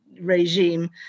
regime